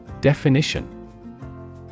Definition